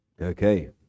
Okay